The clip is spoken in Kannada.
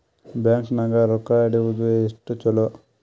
ಬ್ಯಾಂಕ್ ನಾಗ ರೊಕ್ಕ ಇಡುವುದು ಎಷ್ಟು ಚಲೋ?